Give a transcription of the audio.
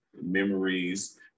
memories